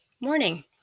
morning